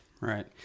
right